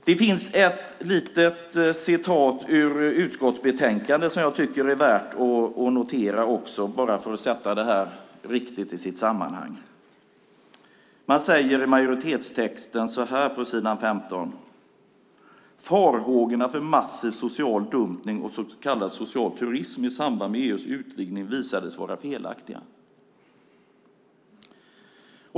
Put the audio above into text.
Det finns en sak som jag tycker är värt att notera i betänkandet för att sätta detta i sitt sammanhang. Utskottsmajoriteten skriver följande på s. 15: "Farhågorna för massiv social dumpning och s.k. social turism i samband med EU:s utvidgning visade sig vara felaktiga."